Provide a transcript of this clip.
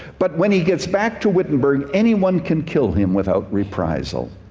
but when he gets back to wittenberg any one can kill him without reprisal.